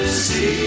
see